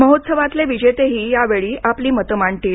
महोत्सवातले विजेतेही यावेळी आपली मतं मांडतील